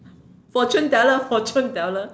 fortune teller fortune teller